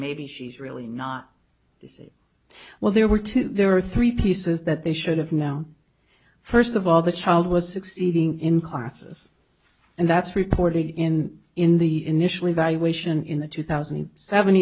maybe she's really not busy well there were two there were three pieces that they should have now first of all the child was succeeding in classes and that's reported in in the initial evaluation in the two thousand and seven